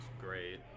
great